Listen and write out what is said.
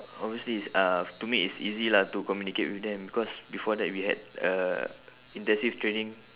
obviously it's uh to me it's easy lah to communicate with them because before that we had uh intensive training